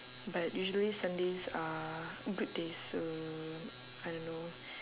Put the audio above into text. but usually sundays are good days so I don't know